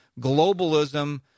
globalism